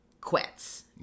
quits